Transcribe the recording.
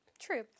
true